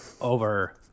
over